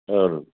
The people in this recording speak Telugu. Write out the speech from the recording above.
అవును